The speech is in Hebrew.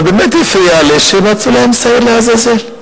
אבל באמת הפריע לי שמצאו להם שעיר לעזאזל.